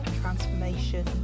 transformation